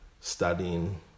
studying